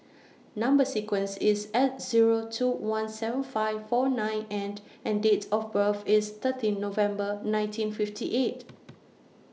Number sequence IS S Zero two one seven five four nine N and Date of birth IS thirteen November nineteen fifty eight